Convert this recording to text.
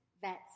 vets